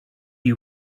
you